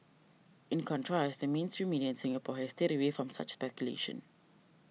in contrast the mainstream media in Singapore has stayed away from such speculation